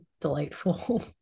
delightful